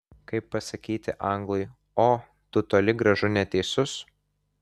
kaip pasakyti anglui o tu toli gražu neteisus